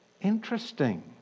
Interesting